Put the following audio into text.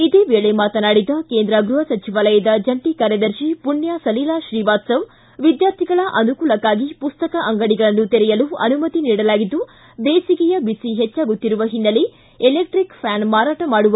ಇದೇ ವೇಳೆ ಮಾತನಾಡಿದ ಕೇಂದ್ರ ಗೃಪ ಸಚಿವಾಲಯದ ಜಂಟಿ ಕಾರ್ಯದರ್ಶಿ ಮಣ್ಣ ಸಲೀಲಾ ಶ್ರೀವಾಸ್ತವ ವಿದ್ವಾರ್ಥಿಗಳ ಅನುಕೂಲಕ್ಷಾಗಿ ಮಸ್ತಕ ಅಂಗಡಿಗಳನ್ನು ತೆರೆಯಲು ಅನುಮತಿ ನೀಡಲಾಗಿದ್ದು ಬೇಸಿಗೆಯ ಬಿಸಿ ಹೆಚ್ಚಾಗುತ್ತಿರುವ ಹಿನ್ನೆಲೆ ಎಲೆಕ್ಸಿಕ್ ಫ್ಡಾನ್ ಮಾರಾಟ ಮಾಡುವ ಅಂಗಡಿಗಳನ್ನು ತೆರೆಯಬಹುದಾಗಿದೆ